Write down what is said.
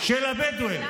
של הבדואים?